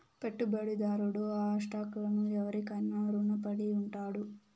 పెట్టుబడిదారుడు ఆ స్టాక్ లను ఎవురికైనా రునపడి ఉండాడు